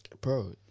bro